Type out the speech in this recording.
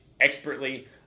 expertly